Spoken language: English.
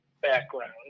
background